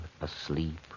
asleep